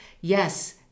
yes